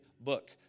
book